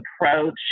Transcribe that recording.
approach